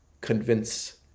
convince